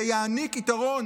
זה יעניק יתרון